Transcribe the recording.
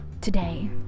today